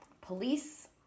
police